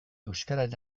euskararen